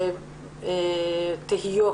ותהיות.